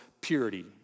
purity